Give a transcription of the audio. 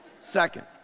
Second